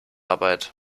arbeit